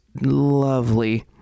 lovely